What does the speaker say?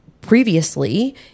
previously